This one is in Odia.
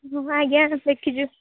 ହଁ ଆଜ୍ଞା ଦେଖିଛୁ